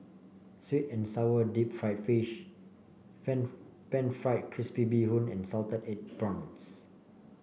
sweet and sour Deep Fried Fish pan fried crispy Bee Hoon and Salted Egg Prawns